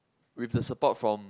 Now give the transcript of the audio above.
with the support from